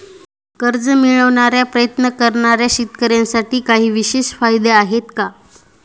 कर्ज मिळवण्याचा प्रयत्न करणाऱ्या शेतकऱ्यांसाठी काही विशेष फायदे आहेत का?